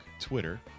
Twitter